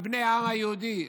בני העם היהודי,